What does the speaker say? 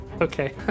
Okay